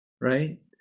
Right